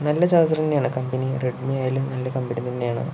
നല്ല ചാർജ്ജറെന്നെയാണ് company Redmi ആയാലും നല്ല കമ്പനി തന്നെയാണ്